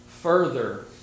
further